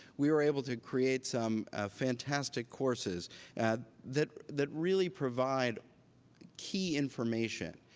we were able to create some fantastic courses and that that really provide key information.